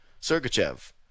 Sergachev